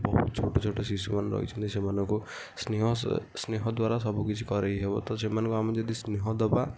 ବହୁତ ଛୋଟ ଛୋଟ ଶିଶୁମାନେ ରହିଛନ୍ତି ସେମାନଙ୍କୁ ସ୍ନେହ ଶ୍ର ସ୍ନେହ ଦ୍ଵାରା ସବୁ କିଛି କଡ଼ାଇ ହେବ ତ ସେମାନଙ୍କୁ ଆମେ ଯଦି ସ୍ନେହ ଦେବା